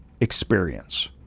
experience